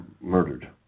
murdered